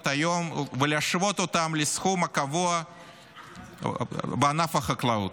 היום ולהשוות אותן לסכום הקבוע בענף החקלאות,